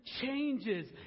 changes